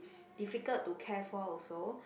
difficult to care for also